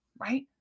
right